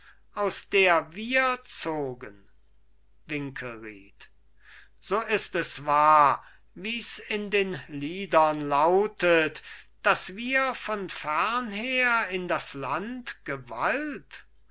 aus der wir zogen winkelried so ist es wahr wie's in den liedern lautet dass wir von fernher in das land gewallt